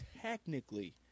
technically